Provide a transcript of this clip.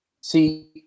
See